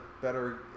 better